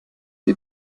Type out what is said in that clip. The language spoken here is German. die